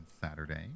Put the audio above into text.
Saturday